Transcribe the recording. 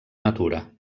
natura